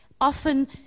often